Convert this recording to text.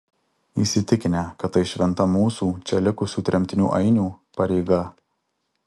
įsitikinę kad tai šventa mūsų čia likusių tremtinių ainių pareiga